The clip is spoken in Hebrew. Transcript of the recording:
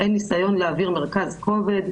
אין ניסיון להעביר מרכז כובד,